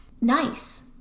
nice